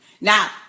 Now